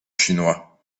chinois